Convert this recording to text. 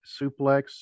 Suplex